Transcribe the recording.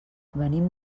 venim